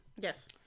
Yes